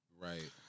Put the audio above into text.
Right